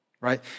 right